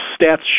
stats